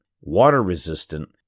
water-resistant